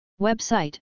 Website